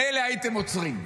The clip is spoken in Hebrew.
מילא הייתם עוצרים.